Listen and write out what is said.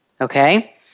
Okay